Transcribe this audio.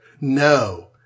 No